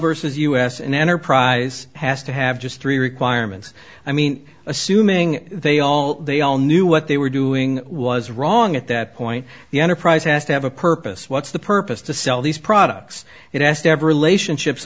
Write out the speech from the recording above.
versus us an enterprise has to have just three requirements i mean assuming they all they all knew what they were doing was wrong at that point the enterprise has to have a purpose what's the purpose to sell these products it has never elation ships